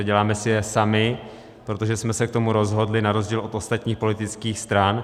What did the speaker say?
Děláme si je sami, protože jsme se k tomu rozhodli na rozdíl od ostatních politických stran.